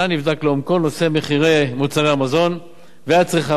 נבדק לעומקו נושא מחירי מוצרי המזון והצריכה,